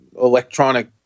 electronic